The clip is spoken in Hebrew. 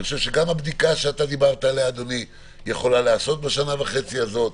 גם הבדיקה שאתה דיברת עליה אדוני יכולה להיעשות בשנה וחצי הזאת.